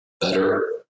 better